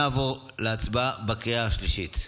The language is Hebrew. נעבור להצבעה בקריאה השלישית.